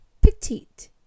petite